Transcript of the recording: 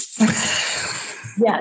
Yes